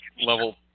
level